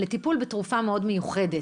לטיפול בתרופה מאוד מיוחדת,